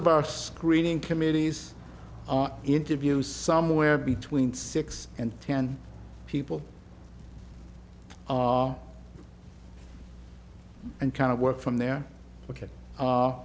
of our screening committees interviews somewhere between six and ten people and kind of work from there ok